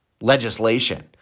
Legislation